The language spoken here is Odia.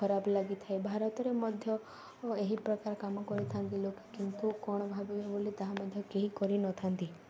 ଖରାପ ଲାଗିଥାଏ ଭାରତରେ ମଧ୍ୟ ଏହି ପ୍ରକାର କାମ କରିଥାନ୍ତି ଲୋକ କିନ୍ତୁ କ'ଣ ଭାବିବେ ବୋଲି ତାହା ମଧ୍ୟ କେହି କରିନଥାନ୍ତି